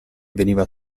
veniva